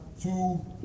two